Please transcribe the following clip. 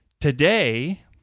Today